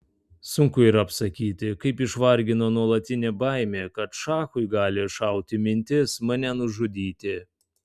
sunku ir apsakyti kaip išvargino nuolatinė baimė kad šachui gali šauti mintis mane nužudyti